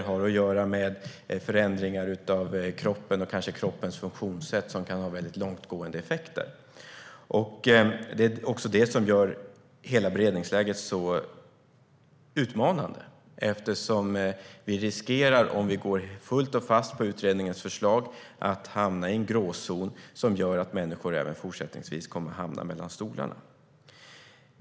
Det har att göra med förändringar av kroppen och kroppens funktionssätt, vilket kan ha väldigt långtgående effekter. Det är också detta som gör hela beredningsläget så utmanande. Om vi fullt och fast går efter utredningens förslag riskerar vi nämligen att hamna i en gråzon som gör att människor även fortsättningsvis kommer att hamna mellan stolarna.